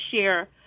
share